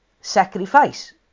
sacrifice